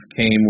came